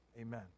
Amen